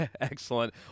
Excellent